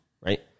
right